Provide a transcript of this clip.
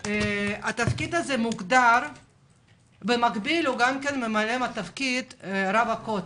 רבינוביץ, במקביל הוא ממלא את תפקיד רב הכותל.